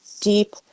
deep